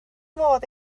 modd